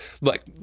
Look